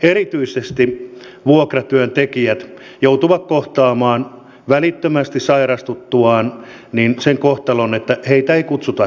erityisesti vuokratyön tekijät joutuvat kohtaamaan välittömästi sairastuttuaan sen kohtalon että heitä ei kutsutakaan töihin